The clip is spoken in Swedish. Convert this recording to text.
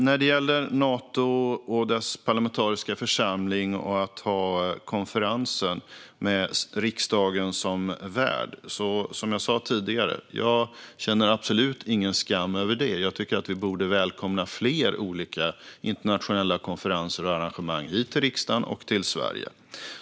När det gäller att ha konferensen med Natos parlamentariska församling med riksdagen som värd känner jag, som jag sa tidigare, absolut ingen skam över det. Jag tycker att vi borde välkomna fler internationella konferenser och arrangemang hit till riksdagen och till Sverige.